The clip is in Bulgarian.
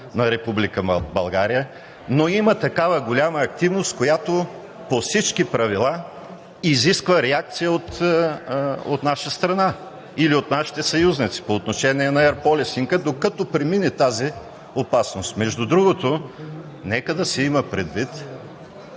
България, но има голяма активност, която по всички правила изисква реакция от наша страна или от нашите съюзници по отношение на Air Policing – докато премине тази опасност. Между другото, нека да се има предвид,